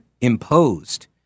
imposed